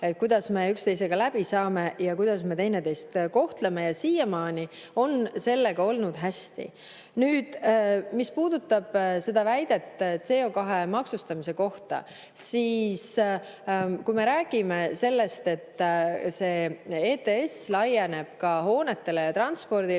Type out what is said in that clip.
kuidas me üksteisega läbi saame ja kuidas me üksteist kohtleme. Siiamaani on sellega olnud hästi. Nüüd, mis puudutab seda väidet CO2maksustamise kohta, siis kui me räägime sellest, et see ETS laieneb ka hoonetele ja transpordile,